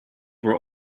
were